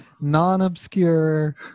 non-obscure